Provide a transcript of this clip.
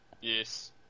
yes